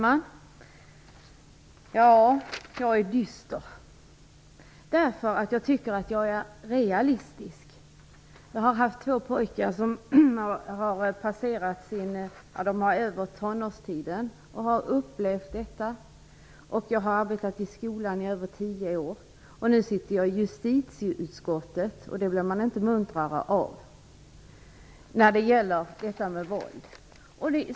Herr talman! Jag är dyster därför att jag tycker att jag är realistisk. Jag har två pojkar som nu har passerat tonårstiden. Jag har upplevt detta. Jag har arbetat i skolan i över tio år. Nu sitter jag i justitieutskottet, och det blir man inte muntrare av.